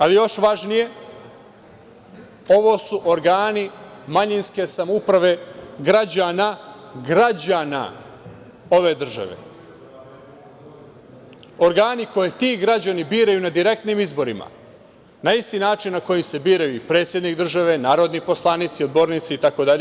A još važnije – ovo su organi manjinske samouprave građana ove države, organi koje ti građani biraju na direktnim izborima, na isti način na koji se biraju i predsednik države, narodni poslanici, odbornici, itd.